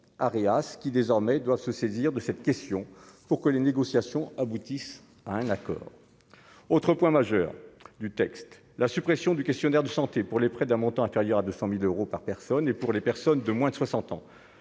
qui désormais doivent se saisir de cette question pour que les négociations aboutissent à un accord, autre point majeur du texte, la suppression du questionnaire de santé pour les prêts d'un montant inférieur à 200000 euros par personne et pour les personnes de moins de 60 ans,